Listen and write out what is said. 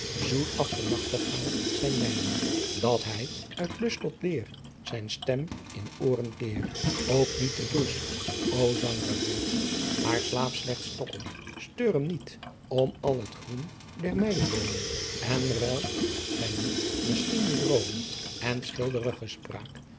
zoet af den nachtegaal zijn lijmen dat hy uyt lust tot leer zijn stem in ooren keer ook niet te brusk o zanghrigh riet haer slaap slechs tokkel steur hem niet om al het groen der maijeboomen en ruild zy niet misschien de droomen en schilderige spraak